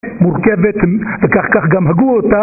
מורכבת קח קח גם הגו אותה